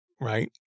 right